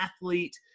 athlete